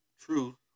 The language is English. truth